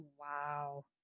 wow